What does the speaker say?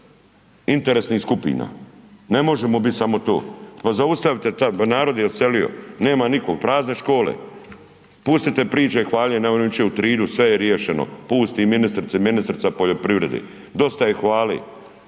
interesnih skupina. Ne možemo biti samo to. Pa zaustavite to, pa narod je odselio, nema nikog, prazne škole. Pustite priče hvaljenja, eno ono jučer u Trilju, sve je riješeno, pusti ministri i ministrica, poljoprivrede, dosta je hvale,